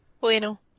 Bueno